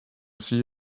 see